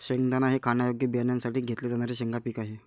शेंगदाणा हे खाण्यायोग्य बियाण्यांसाठी घेतले जाणारे शेंगा पीक आहे